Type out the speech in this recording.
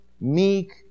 meek